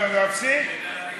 להפסיק?